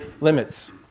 limits